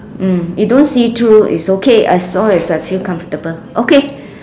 mm you don't see through it's okay as long as I feel comfortable okay